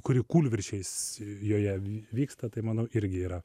kuri kūlvirsčiais joje vyksta tai manau irgi yra